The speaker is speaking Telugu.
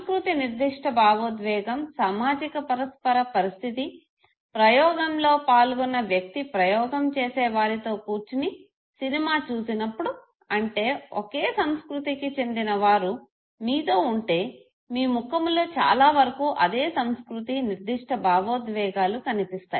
సంస్కృతి నిర్దిష్ట భావోద్వేగం సామాజిక పరస్పర పరిస్థితి ప్రయోగంలో పాల్గొన్న వ్యక్తి ప్రయోగం చేసే వారితో కూర్చుని సినిమా చూసినప్పుడు అంటే ఒకే సంస్కృతికి చెందిన వారు మీతో ఉంటే మీ ముఖములో చాలా వరకు అదే సంస్కృతి నిర్దిష్ట భావోద్వేగాలు కనిపిస్తాయి